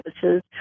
services